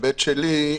בהיבט שלי,